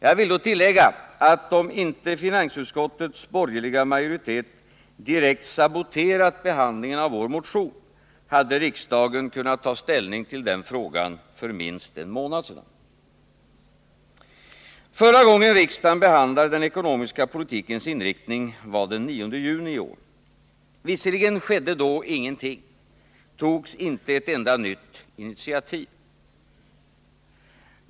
Jag vill då tillägga att om inte finansutskottets borgerliga majoritet direkt saboterat behandlingen av vår motion, hade riksdagen kunnat ta ställning till den frågan för minst en månad sedan. Förra gången riksdagen behandlade den ekonomiska politikens inriktning var den 9 juni i år. Visserligen skedde då ingenting, togs inte ett enda nytt initiativ.